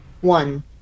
one